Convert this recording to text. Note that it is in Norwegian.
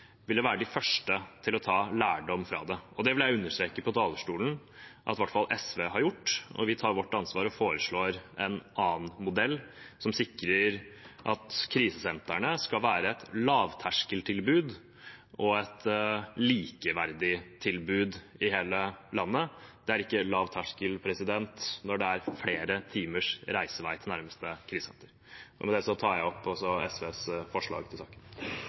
de første til å ta lærdom av det. Det vil jeg understreke fra talerstolen at i hvert fall SV har gjort. Vi tar vårt ansvar og foreslår en annen modell, som sikrer at krisesentrene skal være et lavterskeltilbud og et likeverdig tilbud i hele landet. Det er ikke lavterskel når det er flere timers reisevei til nærmeste krisesenter. Med det tar jeg opp SVs forslag. Da har representanten Freddy André Øvstegård tatt opp de forslagene han viste til.